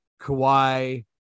Kawhi